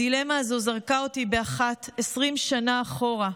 הדילמה הזו זרקה אותי באחת 20 שנה אחורה,